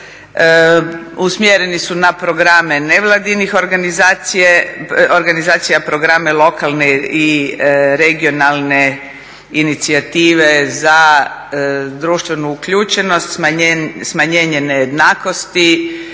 usmjereni su na programe nevladinih organizacija, programe lokalne i regionalne inicijative za društvenu uključenost, smanjenje nejednakosti.